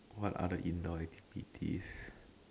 what other indoor activities